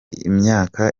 imyaka